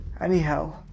anyhow